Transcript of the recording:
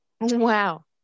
Wow